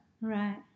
right